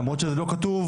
למרות שזה לא כתוב,